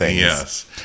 Yes